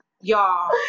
y'all